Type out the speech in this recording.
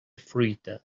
fruita